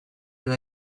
that